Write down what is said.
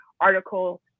article